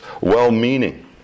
well-meaning